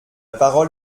parole